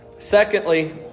Secondly